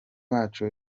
wacu